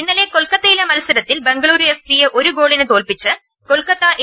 ഇന്നലെ കൊൽക്കത്തയിലെ മത്സരത്തിൽ ബംഗളൂരു എഫ് സിയെ ഒരു ഗോളിന് തോൽപ്പിച്ച് കൊൽക്കത്ത എ